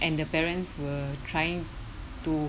and the parents were trying to